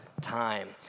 time